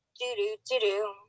Do-do-do-do